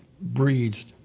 breeds